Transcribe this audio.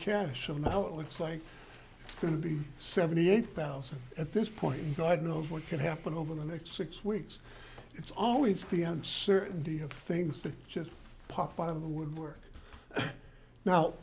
cash so now it looks like it's going to be seventy eight thousand at this point and god knows what could happen over the next six weeks it's always the uncertainty of things to just pop out of the woodwork now